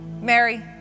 Mary